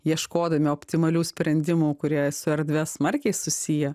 ieškodami optimalių sprendimų kurie su erdve smarkiai susiję